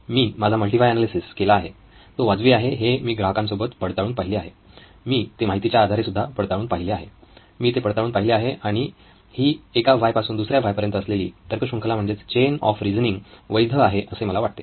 मी माझा multi why analysis केला आहे तो वाजवी आहे हे मी ग्राहकांसोबत पडताळून पाहिले आहे मी ते माहितीच्या आधारे सुद्धा पडताळून पाहिले आहे मी ते पडताळून पाहिले आहे आणि ही एका व्हाय पासून दुसऱ्या व्हाय पर्यंत असलेली तर्क शृंखला म्हणजेच चेन ऑफ रीजनिंग वैध आहे असे मला वाटते